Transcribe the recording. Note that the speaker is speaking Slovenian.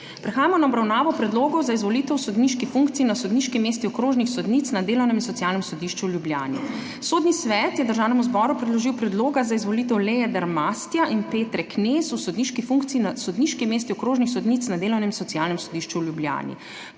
Prehajamo na obravnavo **Predlogov za izvolitev v sodniških funkciji na sodniški mesti okrožnih sodnic na Delovnem in socialnem sodišču v Ljubljani.** Sodni svet je Državnemu zboru predložil predloga za izvolitev Lee Dermastja in Petre Knez v sodniški funkciji na sodniški mesti okrožnih sodnic na Delovnem socialnem sodišču v Ljubljani.